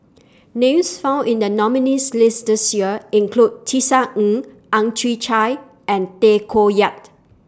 Names found in The nominees' list This Year include Tisa Ng Ang Chwee Chai and Tay Koh Yat